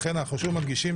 לכן אנחנו שוב מדגישים,